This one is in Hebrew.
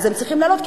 אז הם צריכים להעלות,